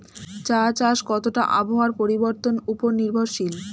চা চাষ কতটা আবহাওয়ার পরিবর্তন উপর নির্ভরশীল?